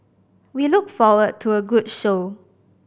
we look forward to a good show